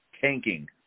tanking